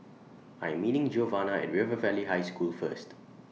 I Am meeting Giovanna At River Valley High School First